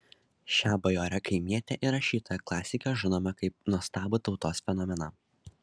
šią bajorę kaimietę ir rašytoją klasikę žinome kaip nuostabų tautos fenomeną